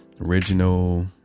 original